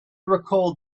recalled